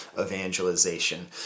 evangelization